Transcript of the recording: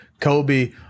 Kobe